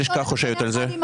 יחד עם